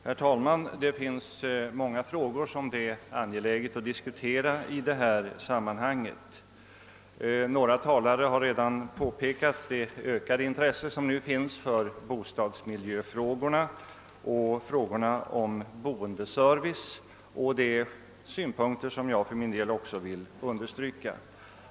Herr talman! Det finns många frågor som det är angeläget att diskutera i detta sammanhang. Några talare har redan pekat på det ökade intresse som nu ägnas bostadsmiljöfrågorna och frågan om boendeservice, något som jag också vill understryka.